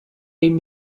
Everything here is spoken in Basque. egin